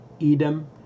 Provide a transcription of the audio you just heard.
Edom